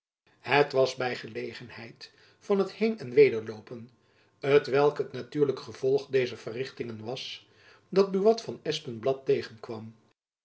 het was by gelegenheid van het heen en weder loopen t welk het natuurlijk gevolg dezer verrichtingen was dat buat van espenblad tegenkwam